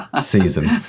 season